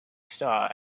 star